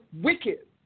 wicked